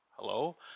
hello